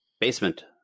basement